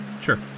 sure